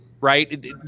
right